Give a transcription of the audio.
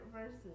verses